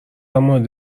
مورد